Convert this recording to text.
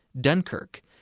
Dunkirk